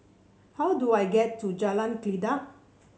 how do I get to Jalan Kledek